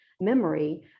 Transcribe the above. memory